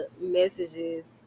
messages